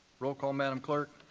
roll call, madam clerk.